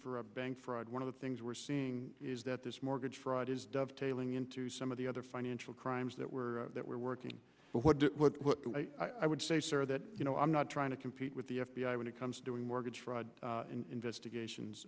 for a bank fraud one of the things we're seeing is that this mortgage fraud is dovetailing into some of the other financial crimes that were that were working but what i would say sir that you know i'm not trying to compete with the f b i when it comes to doing mortgage fraud investigations